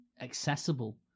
accessible